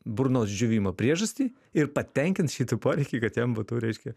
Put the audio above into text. burnos džiūvimo priežastį ir patenkins šitą poreikį kad jam būtų reiškia